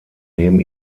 neben